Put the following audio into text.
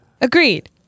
Agreed